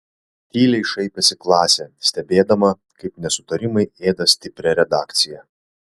tyliai šaipėsi klasė stebėdama kaip nesutarimai ėda stiprią redakciją